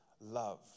love